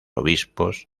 obispos